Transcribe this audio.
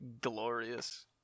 glorious